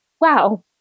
wow